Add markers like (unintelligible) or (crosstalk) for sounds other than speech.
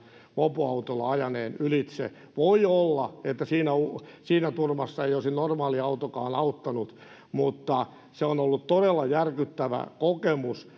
mopoautolla ajaneen ylitse voi olla että siinä turmassa ei olisi normaali autokaan auttanut mutta se on ollut todella järkyttävä kokemus (unintelligible)